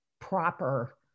proper